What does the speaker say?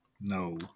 No